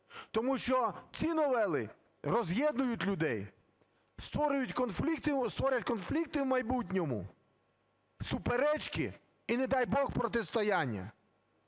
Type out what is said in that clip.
тому що ці новели роз'єднують людей, створять конфлікти в майбутньому, суперечки і, не дай Бог, протистояння.